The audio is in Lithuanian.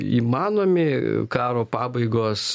įmanomi karo pabaigos